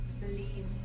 believe